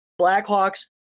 Blackhawks